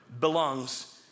belongs